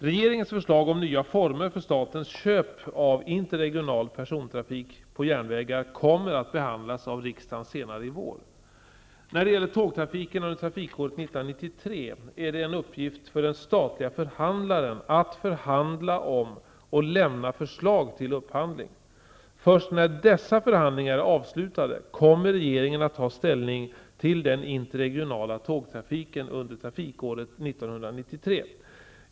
Regeringens förslag om nya former för statens köp av interregional persontrafik på järnvägar kommer att behandlas av riksdagen senare i vår. När det gäller tågtrafiken under trafikåret 1993 är det en uppgift för den statliga förhandlaren att förhandla om och lämna förslag till upphandling. Först när dessa förhandlingar är avslutade kommer regeringen att ta ställning till den interregionala tågtrafiken under trafikåret 1993.